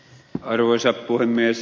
arvoisa puhemies